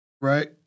right